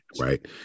right